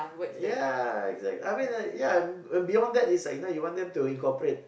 ya exact I mean like ya beyond that you is like now you want them to incorporate